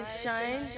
Shine